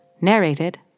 Narrated